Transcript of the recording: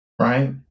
right